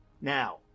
Now